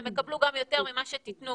הם יקבלו גם יותר ממה שתיתנו